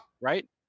Right